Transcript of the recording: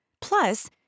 Plus